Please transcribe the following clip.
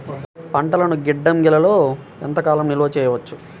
పంటలను గిడ్డంగిలలో ఎంత కాలం నిలవ చెయ్యవచ్చు?